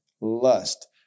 lust